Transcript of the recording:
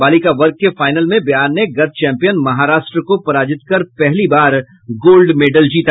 बालिका वर्ग के फाईनल में बिहार ने गत चैंपियन महाराष्ट्र को पराजित कर पहली बार गोल्ड मेडल जीता